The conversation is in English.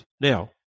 Now